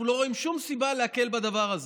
אנחנו לא רואים שום סיבה להקל בדבר הזה,